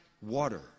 water